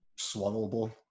swallowable